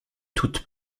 toutes